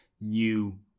new